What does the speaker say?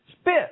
Spit